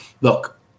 Look